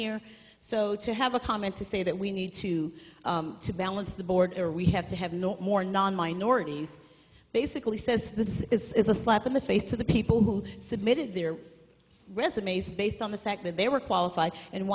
here so to have a comment to say that we need to to balance the border we have to have not more non minorities basically says that this is a slap in the face of the people who submitted their resumes based on the fact that they were qualified and